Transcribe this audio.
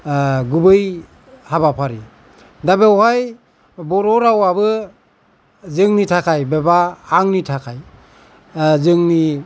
गुबै हाबाफारि दा बेयावहाय बर' रावआबो जोंनि थाखाय एबा आंनि थाखाय जोंनि